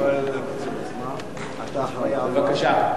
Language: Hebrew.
בבקשה.